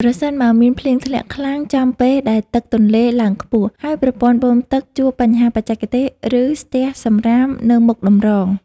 ប្រសិនបើមានភ្លៀងធ្លាក់ខ្លាំងចំពេលដែលទឹកទន្លេឡើងខ្ពស់ ហើយប្រព័ន្ធបូមទឹកជួបបញ្ហាបច្ចេកទេស ឬស្ទះសំរាមនៅមុខតម្រង។